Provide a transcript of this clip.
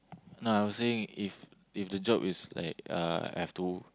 nah I was saying if if the job is like uh have to